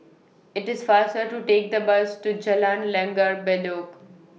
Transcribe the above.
IT IS faster to Take The Bus to Jalan Langgar Bedok